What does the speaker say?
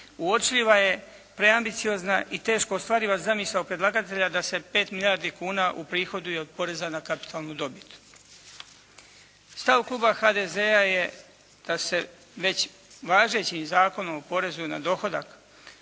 uočljiva je preambiciozna i teško ostvariva zamisao predlagatelja da se 5 milijardi kuna uprihoduje od poreza na kapitalnu dobit. Stav kluba HDZ-a je da se već važećim Zakonom o porezu na dohodak,